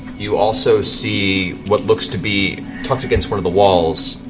you also see what looks to be, tucked against one of the walls,